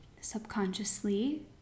subconsciously